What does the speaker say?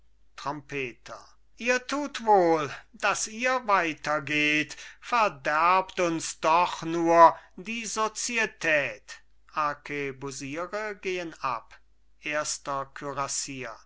trompeter ihr tut wohl daß ihr weiter geht verderbt uns doch nur die sozietät arkebusiere gehen ab erster